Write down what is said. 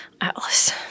Atlas